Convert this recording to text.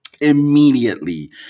immediately